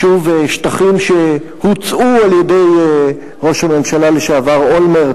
שוב שטחים שהוצעו על-ידי ראש הממשלה לשעבר אולמרט